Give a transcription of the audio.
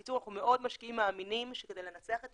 בקיצור אנחנו מאוד משקיעים ומאמינים שכדי לנצח את